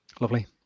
lovely